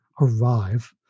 arrive